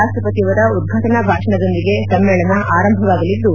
ರಾಪ್ಪಪತಿಯವರ ಉದ್ಘಾಟನಾ ಭಾಷಣದೊಂದಿಗೆ ಸಮ್ಮೇಳನ ಆರಂಭವಾಗಲಿದ್ದು